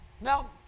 now